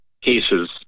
cases